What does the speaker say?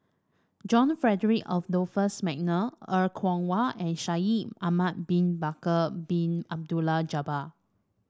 John Frederick Adolphus McNair Er Kwong Wah and Shaikh Ahmad Bin Bakar Bin Abdullah Jabbar